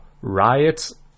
riots